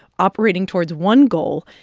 operating towards one goal,